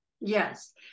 Yes